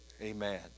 Amen